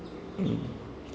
mm